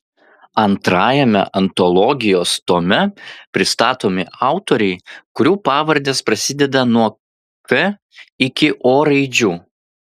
antrajame antologijos tome pristatomi autoriai kurių pavardės prasideda nuo k iki o raidžių